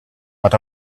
but